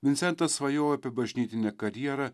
vincentas svajojo apie bažnytinę karjerą